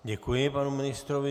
Děkuji panu ministrovi.